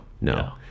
No